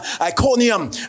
Iconium